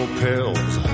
pills